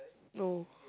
no